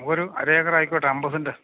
ഒരു അരേക്കറായിക്കോട്ടെ അമ്പത് സെന്റ്